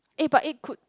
eh but eh could